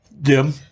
Dim